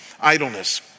idleness